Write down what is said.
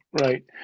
right